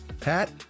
Pat